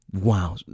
Wow